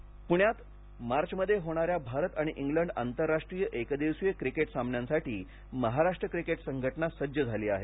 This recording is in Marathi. इंट्रो पुण्यात मार्चमध्ये होणार्यार भारत आणि इंग्लंड आंतरराष्ट्रीय एकदिवसीय क्रिकेट सामन्यांसाठी महाराष्ट्र क्रिकेट संघटना सज्ज झाली आहे